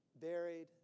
buried